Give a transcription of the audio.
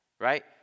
right